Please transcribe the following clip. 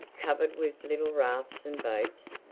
covered with little rafts and boats.